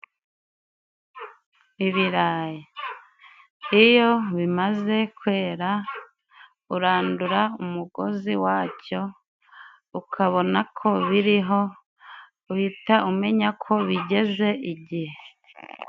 Ibirayi iyo bimaze kwera urandura umugozi wacyo ukabona ko biriho, uhita umenya ko bigeze igihe.